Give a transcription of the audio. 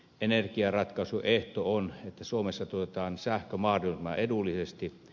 energiaratkaisuehto on että suomessa tuotetaan sähkö mahdollisimman edullisesti